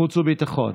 לחוץ וביטחון.